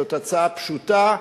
זאת הצעה פשוטה,